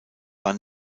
war